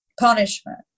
punishment